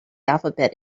alphabet